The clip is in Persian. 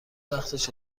وقتش